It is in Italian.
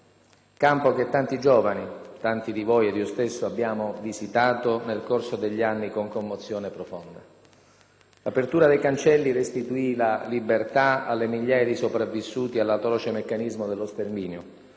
Campo che tanti giovani, tanti di voi ed io stesso abbiamo visitato nel corso degli anni con commozione profonda. L'apertura dei cancelli restituì la libertà alle migliaia di sopravvissuti all'atroce meccanismo dello sterminio,